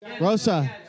Rosa